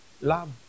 Love